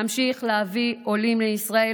להמשיך להביא עולים לישראל,